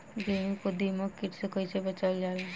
गेहूँ को दिमक किट से कइसे बचावल जाला?